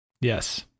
Yes